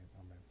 amen